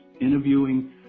interviewing